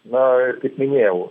na ir kaip minėjau